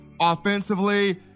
Offensively